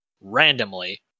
randomly